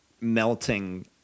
melting